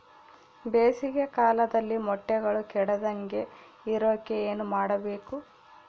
ಬೇಸಿಗೆ ಕಾಲದಲ್ಲಿ ಮೊಟ್ಟೆಗಳು ಕೆಡದಂಗೆ ಇರೋಕೆ ಏನು ಮಾಡಬೇಕು?